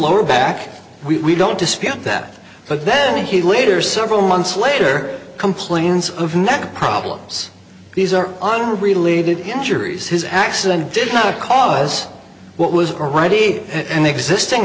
lower back we don't dispute that but then he later several months later complains of neck problems these are unrelated injuries his accident did not cause what was already an existing